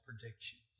predictions